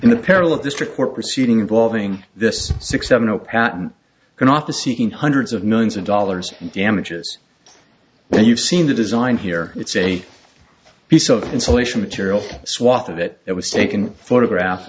of the strict court proceeding involving this six seven zero patent going off to seeking hundreds of millions of dollars in damages and you've seen the design here it's a piece of insulation material swath of it it was taken photograph